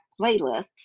playlists